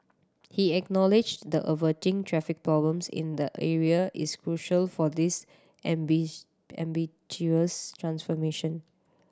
he acknowledged the averting traffic problems in the area is crucial for this ambitious transformation